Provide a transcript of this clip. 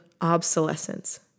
obsolescence